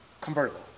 convertible